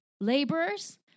laborers